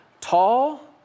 Tall